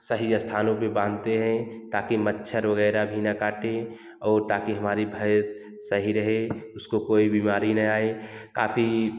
सही स्थानों पर बांधते हैं ताकि मच्छर वगैरह भी ना काटे और ताकि हमारी भैंस सही रहे उसको कोई बीमारी ना आए काफी